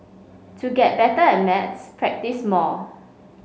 to get better at maths practise more